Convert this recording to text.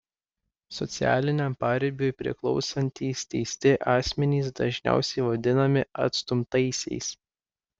socialiniam paribiui priklausantys teisti asmenys dažniausiai vadinami atstumtaisiais